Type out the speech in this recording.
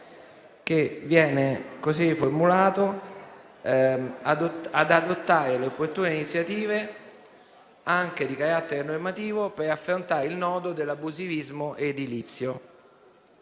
del secondo impegno: «ad adottare le opportune iniziative, anche di carattere normativo, per affrontare il nodo dell'abusivismo edilizio».